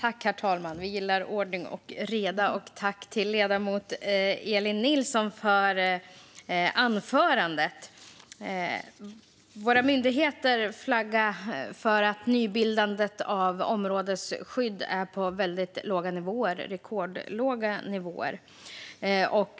Herr talman! Tack till ledamoten Elin Nilsson för anförandet! Våra myndigheter flaggar för att nybildandet av områdesskydd är på väldigt låga nivåer. Det är rekordlåga nivåer.